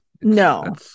No